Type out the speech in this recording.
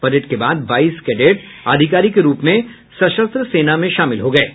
parade के बाद बाईस कैडेट अधिकारी के रूप में सशस्त्र सेना में शामिल हो गये हैं